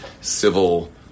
civil